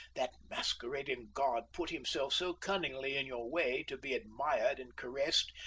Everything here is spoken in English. that masquerading god, put himself so cunningly in your way to be admired and caressed,